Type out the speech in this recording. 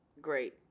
great